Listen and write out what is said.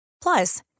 Plus